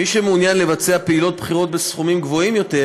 מי שמעוניין לבצע פעילות בחירות בסכומים גבוהים יותר,